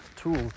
tool